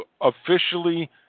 officially